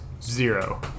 zero